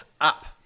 up